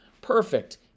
Perfect